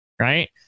Right